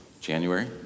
January